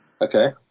Okay